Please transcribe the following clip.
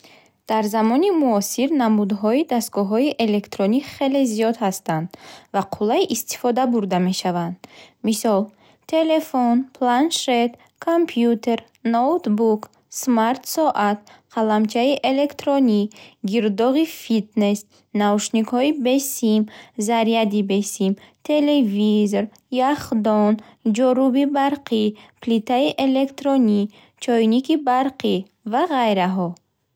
Дар замони муосир намудҳои дастгоҳҳои электронӣ хеле зиёд ҳастанд ва қулай истифода бурда мешаванд. Мисол: телефон, планшет, компютер, ноутбук, смарт соат, қаламчаи электронӣ, гирдоғи фитнес, наушникҳои бесим, заряди бесим, телевизор, яхдон, ҷоруби барқӣ, плитаи электронӣ, чойники барқӣ ва гайраҳо.